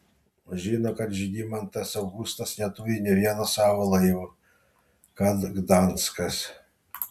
žino kad žygimantas augustas neturi nė vieno savo laivo kad gdanskas